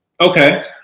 Okay